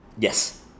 Yes